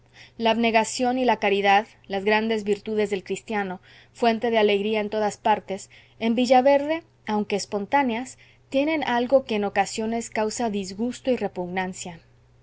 la abnegación y la caridad las grandes virtudes del cristiano fuente de alegría en todas partes en villaverde aunque espontáneas tienen algo que en ocasiones causa disgusto y repugnancia